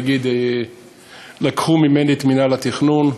להגיד שלקחו ממני את מינהל התכנון,